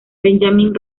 benjamín